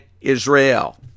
Israel